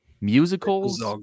musicals